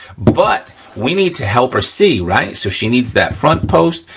but we need to help her see, right? so she needs that front post,